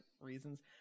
reasons